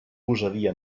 gosadia